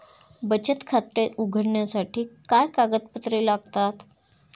बचत खाते उघडण्यासाठी काय कागदपत्रे लागतात?